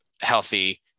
healthy